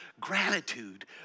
gratitude